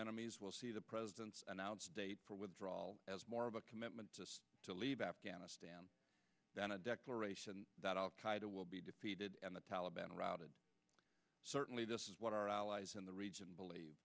enemies will see the president announce date for withdrawal as more of a commitment to leave afghanistan than a declaration that al qaeda will be defeated and the taliban routed certainly this is what our allies in the region believe